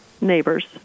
neighbors